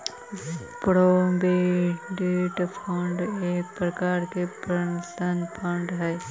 provident fund एक प्रकार के पेंशन फंड हई